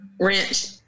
Wrench